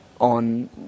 on